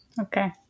Okay